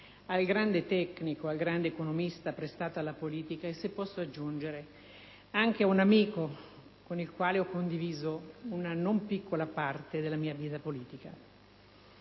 al grande tecnico ed economista prestato alla politica e, se posso aggiungere, anche ad un amico con il quale ho condiviso una non piccola parte della mia vita politica.